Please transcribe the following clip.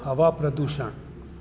हवा प्रदुषण